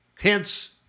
Hence